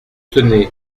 tenez